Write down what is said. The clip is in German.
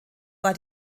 war